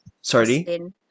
Sorry